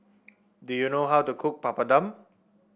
do you know how to cook Papadum